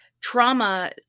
trauma